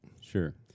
Sure